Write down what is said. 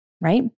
right